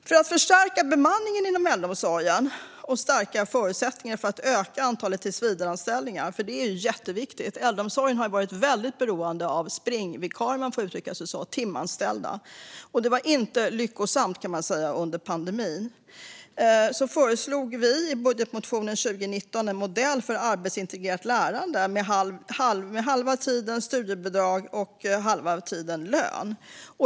Vi vill förstärka bemanningen inom äldreomsorgen och förutsättningarna för att öka antalet tillsvidareanställningar. Det är jätteviktigt. Äldreomsorgen har varit väldigt beroende av springvikarier, om man får uttrycka sig så, det vill säga timanställda. Det var inte lyckosamt, kan man säga, under pandemin. Därför föreslog vi i budgetmotionen 2019 en modell för arbetsintegrerat lärande med halva tiden studiebidrag och halva tiden lön.